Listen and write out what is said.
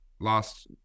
last